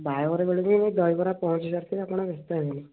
ବାହାଘର ବେଳକୁ ବି ଦହିବରା ପହଞ୍ଚି ସାରିଥିଲେ ଆପଣ ବ୍ୟସ୍ତ ହେବେନି